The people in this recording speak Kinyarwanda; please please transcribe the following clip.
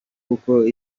gukora